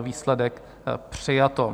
Výsledek: přijato.